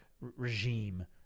regime